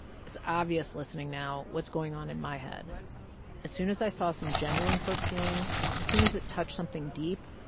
it's obvious listening now what's going on in my head as soon as i saw some genuine hurt feelings, as soon as it touched something deep,